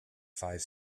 five